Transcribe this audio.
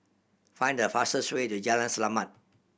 find the fastest way to Jalan Selamat